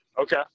Okay